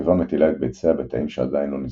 הנקבה מטילה את ביציה בתאים שעדיין לא נסגרו,